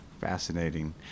Fascinating